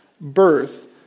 birth